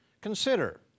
Consider